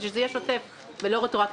כדי שזה יהיה שוטף ולא רטרואקטיבי.